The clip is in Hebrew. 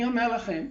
אני אומר לכם,